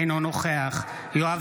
אינו נוכח יואב